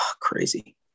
Crazy